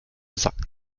sacken